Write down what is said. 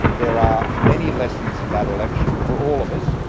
there are many lessons in that election for all of us,